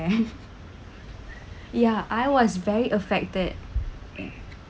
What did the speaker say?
and ya I was very affected